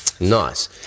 Nice